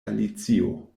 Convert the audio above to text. alicio